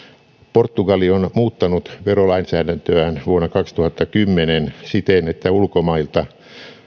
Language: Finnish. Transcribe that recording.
portugali on muuttanut verolainsäädäntöään vuonna kaksituhattakymmenen siten että ulkomailta